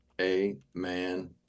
Amen